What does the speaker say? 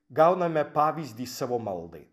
gauname pavyzdį savo maldai